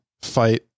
fight